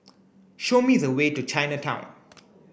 show me the way to Chinatown